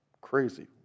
Crazy